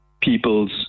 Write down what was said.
people's